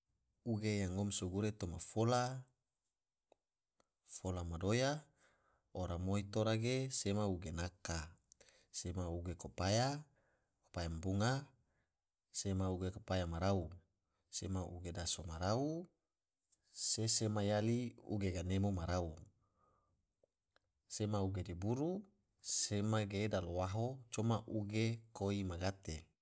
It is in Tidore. Uge yang ngom so gure toma fola madoya ora moi tora ge sema uge naka, sema uke kopaya, kopaya ma bunga, sema uge kopaya marau, sema uge daso marau, se sema yali uge ganemo ma rau, sema uge diburu, sema ge dalawaho, coma uge koi ma gate'.